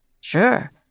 Sure